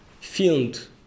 filmed